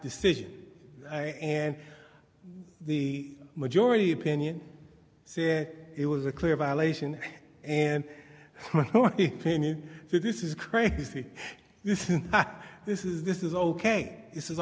decision and the majority opinion said it was a clear violation and opinion that this is crazy this is this is ok this is